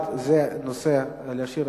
הצבעה.